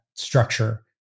structure